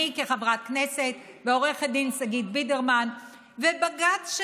אני כחברת כנסת ועו"ד שגית בידרמן ובג"ץ,